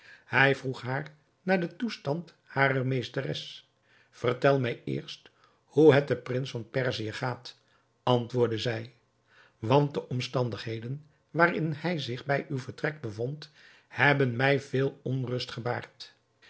hij vroeg haar naar den toestand harer meesteres vertel mij eerst hoe het den prins van perzië gaat antwoordde zij want de omstandigheden waarin hij zich bij uw vertrek bevond hebben mij veel onrust gebaard